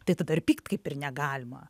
tai tada ir pykt kaip ir negalima